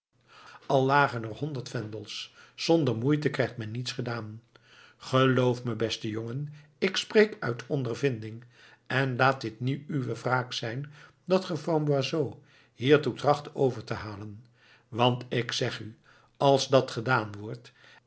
al lagen er honderd vendels zonder moeite krijgt men niets gedaan geloof me beste jongen ik spreek uit ondervinding en laat dit nu uwe wraak zijn dat ge van boisot hiertoe tracht over te halen want ik zeg u als dat gedaan wordt